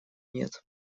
нет